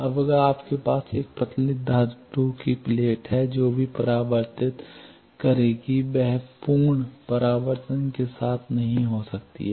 अब अगर आपके पास एक पतली धातु की प्लेट है जो भी परावर्तित करेगी वह पूर्ण परावर्तन के साथ नहीं हो सकती है